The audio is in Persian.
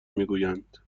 میگویند